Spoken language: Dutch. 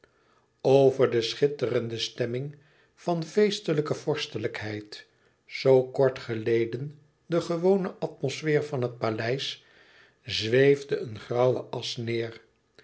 over de schitterende stemming van feestelijke vorstelijkheid zoo kort geleden de gewone atmosfeer van het paleis zeefde een grauwe asch neêr